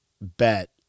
bet